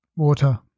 water